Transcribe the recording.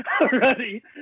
already